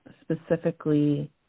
specifically